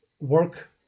work